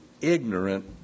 ignorant